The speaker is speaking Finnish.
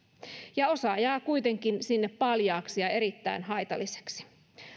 osa jää kuitenkin sinne paljaaksi ja erittäin haitalliseksi